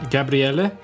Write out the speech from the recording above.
Gabriele